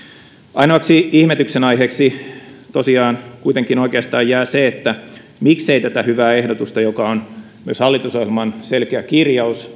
ainoaksi ihmetyksen aiheeksi tosiaan kuitenkin oikeastaan jää se miksei tätä hyvää ehdotusta joka on myös hallitusohjelman selkeä kirjaus